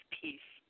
peace